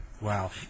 Wow